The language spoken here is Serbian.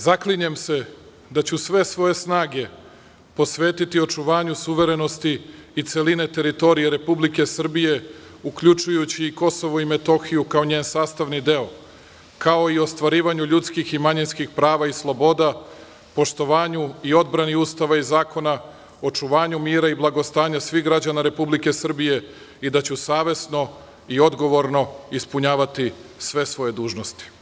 ZAKLINJEM SE DA ĆU SVE SVOJE SNAGE POSVETITI OČUVANJU SUVERENOSTI I CELINE TERITORIJE REPUBLIKE SRBIJE, UKLJUČUJUĆI I KOSOVO I METOHIJU KAO NJEN SASTAVNI DEO, KAO I OSTVARIVANJU LJUDSKIH I MANJINSKIH PRAVA I SLOBODA, POŠTOVANJU I ODBRANI USTAVA I ZAKONA, OČUVANJU MIRA I BLAGOSTANJA SVIH GRAĐANA REPUBLIKE SRBIJE I DA ĆU SAVESNO I ODGOVORNO ISPUNJAVATI SVE SVOJE DUŽNOSTI.